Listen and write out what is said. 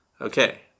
okay